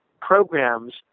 programs